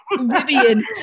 Vivian